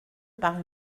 par